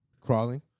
crawling